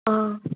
ஆ